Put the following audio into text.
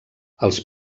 els